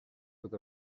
with